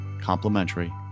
complimentary